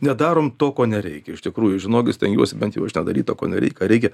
nedarom to ko nereikia iš tikrųjų žinokit stengiuosi bent jau aš tą daryt o ko nereik ką reikia